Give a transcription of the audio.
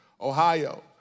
Ohio